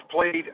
played